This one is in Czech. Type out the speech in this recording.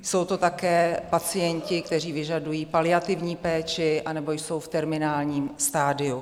Jsou to také pacienti, kteří vyžadují paliativní péči anebo jsou v terminálním stadiu.